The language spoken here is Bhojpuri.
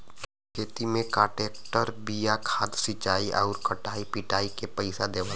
खेती में कांट्रेक्टर बिया खाद सिंचाई आउर कटाई पिटाई के पइसा देवला